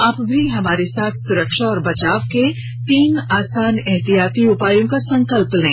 आप भी हमारे साथ सुरक्षा और बचाव के तीन आसान एहतियाती उपायों का संकल्प लें